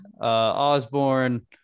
Osborne